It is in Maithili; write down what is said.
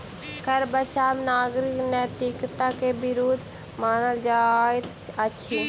कर बचाव नागरिक नैतिकता के विरुद्ध मानल जाइत अछि